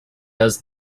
does